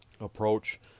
approach